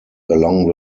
along